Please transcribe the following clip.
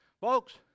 Folks